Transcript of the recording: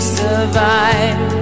survive